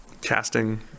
Casting